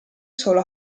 solo